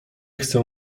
chcę